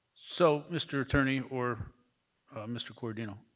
so, mr attorney or mr. corradino,